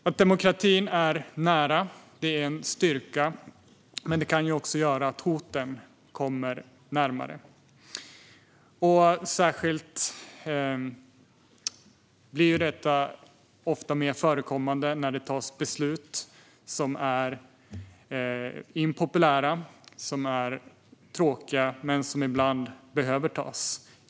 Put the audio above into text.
Att demokratin är nära är en styrka. Men det kan också leda till att hoten kommer närmare. Det förekommer särskilt ofta när det tas beslut som är impopulära, som är tråkiga men som ibland behöver tas.